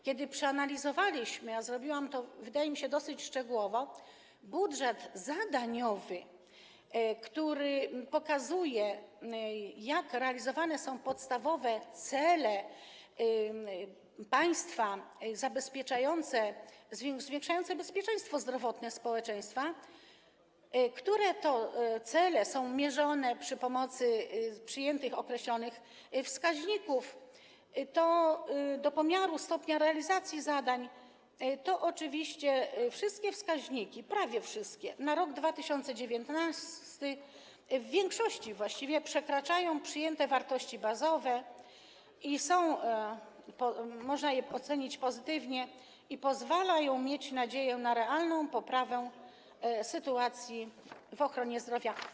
Kiedy przeanalizowaliśmy, a zrobiłam to, wydaje mi się dosyć szczegółowo, budżet zadaniowy, który pokazuje, jak realizowane są podstawowe cele państwa zabezpieczające, zwiększające bezpieczeństwo zdrowotne społeczeństwa, które to cele są mierzone przy pomocy przyjętych określonych wskaźników do pomiaru stopnia realizacji zadań, to oczywiście wszystkie, prawie wszystkie, właściwie w większości, wskaźniki na rok 2019 przekraczają przyjęte wartości bazowe, można je ocenić pozytywnie, i pozwalają mieć nadzieję na realną poprawę sytuacji w ochronie zdrowia.